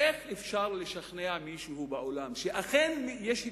איך אפשר לשכנע מישהו בעולם שיש התייחסות